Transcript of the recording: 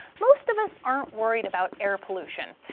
most of us aren't worried about air pollution.